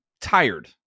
tired